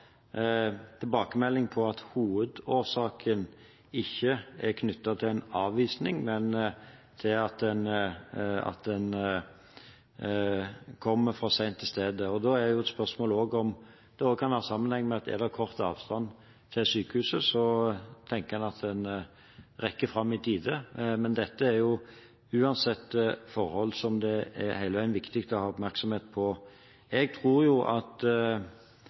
tilbakemelding på at hovedårsaken ikke er knyttet til en avvisning, men til at en kommer for sent til stedet. Da er det også et spørsmål om det kan ha sammenheng med at siden det er kort avstand til sykehuset, tenker en at en rekker fram i tide. Men dette er uansett forhold som det hele veien er viktig å ha oppmerksomhet på. Jeg tror at